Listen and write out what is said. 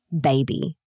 baby